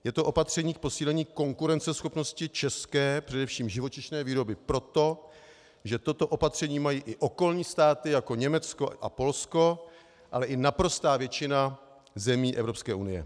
Je to opatření k posílení konkurenceschopnosti české, především živočišné výroby proto, že toto opatření mají i okolní státy jako Německo a Polsko, ale i naprostá většina zemí EU.